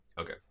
Okay